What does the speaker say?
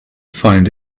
find